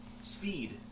Speed